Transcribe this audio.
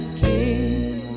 king